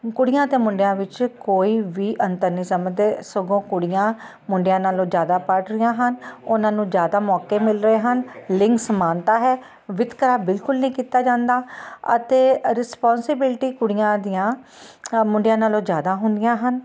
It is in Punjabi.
ਕੁੜੀਆਂ ਅਤੇ ਮੁੰਡਿਆਂ ਵਿੱਚ ਕੋਈ ਵੀ ਅੰਤਰ ਨਹੀਂ ਸਮਝਦੇ ਸਗੋਂ ਕੁੜੀਆਂ ਮੁੰਡਿਆਂ ਨਾਲੋਂ ਜ਼ਿਆਦਾ ਪੜ੍ਹ ਰਹੀਆਂ ਹਨ ਉਨ੍ਹਾਂ ਨੂੰ ਜ਼ਿਆਦਾ ਮੌਕੇ ਮਿਲ ਰਹੇ ਹਨ ਲਿੰਗ ਸਮਾਨਤਾ ਹੈ ਵਿਤਕਰਾ ਬਿਲਕੁਲ ਨਹੀਂ ਕੀਤਾ ਜਾਂਦਾ ਅਤੇ ਰਿਸਪੋਨਸਿਬਿਲਟੀ ਕੁੜੀਆਂ ਦੀਆਂ ਮੁੰਡਿਆਂ ਨਾਲੋਂ ਜ਼ਿਆਦਾ ਹੁੰਦੀਆਂ ਹਨ